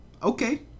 Okay